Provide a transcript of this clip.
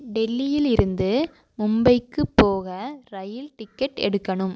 டெல்லியில் இருந்து மும்பைக்கு போக ரயில் டிக்கெட் எடுக்கணும்